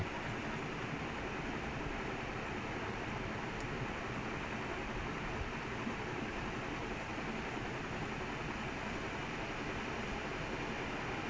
dude that was insane you know like six goals six one and that game was insane no it's once it score right you feel more confident and when you're you feel like shit